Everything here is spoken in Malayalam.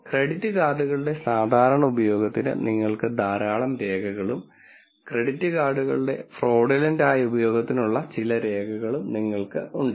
ക്രെഡിറ്റ് കാർഡുകളുടെ സാധാരണ ഉപയോഗത്തിന് നിങ്ങൾക്ക് ധാരാളം രേഖകളും ക്രെഡിറ്റ് കാർഡുകളുടെ ഫ്രോഡുലന്റ് ആയ ഉപയോഗത്തിനുള്ള ചില രേഖകളും നിങ്ങൾക്ക് ഉണ്ട്